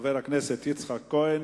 חבר הכנסת יצחק כהן,